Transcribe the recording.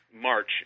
March